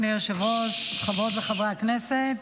אדוני היושב-ראש, חברות וחברי הכנסת,